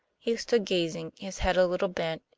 he stood gazing, his head a little bent,